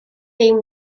dim